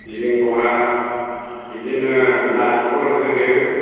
सिबिं बारा बिदिनो नारेंखल होदो